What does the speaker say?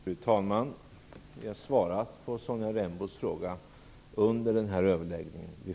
Fru talman! Jag har svarat på Sonja Rembos fråga vid flera tillfällen under överläggningen.